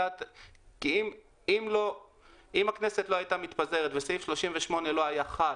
אם הכנסת לא הייתה מתפזרת וסעיף 38 לא היה חל,